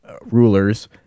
rulers